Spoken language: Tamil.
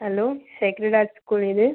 ஹலோ ஸ்கூல் இது